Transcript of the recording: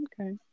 Okay